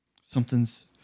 Something's